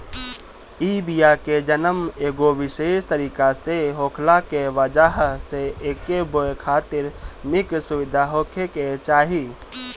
इ बिया के जनम एगो विशेष तरीका से होखला के वजह से एके बोए खातिर निक सुविधा होखे के चाही